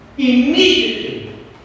Immediately